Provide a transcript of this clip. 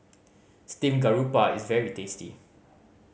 steamed garoupa is very tasty